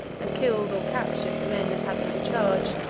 and killed or captured the men that had them in charge,